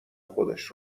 خودش